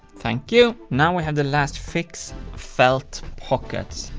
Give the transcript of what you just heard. thank you! now we have the last fix felt pockets.